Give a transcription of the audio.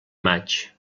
maig